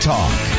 Talk